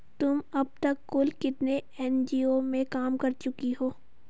तुम अब तक कुल कितने एन.जी.ओ में काम कर चुकी हो?